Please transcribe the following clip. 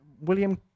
William